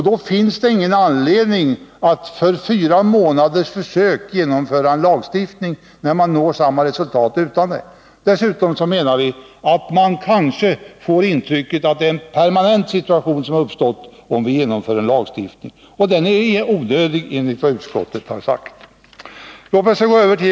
Då finns det ingen anledning att för fyra månaders försök stifta en lag, när man når samma resultat utan den. Dessutom menar vi att om vi genomför en lagstiftning kan den ge ett intryck av ett permanent tillstånd.